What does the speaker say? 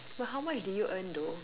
but how much did you earn though